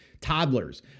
toddlers